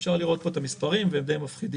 אפשר לראות פה את המספרים והם די מפחידים.